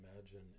imagine